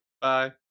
Bye